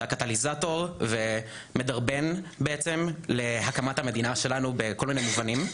שהקטליזטור ומדרבן בעצם להקמת המדינה שלנו בכל מיני מובנים,